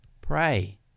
Pray